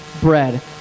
bread